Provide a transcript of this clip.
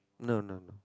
no no no